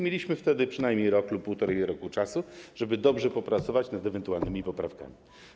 Mieliśmy wtedy przynajmniej rok lub półtora roku, żeby dobrze popracować nad ewentualnymi poprawkami.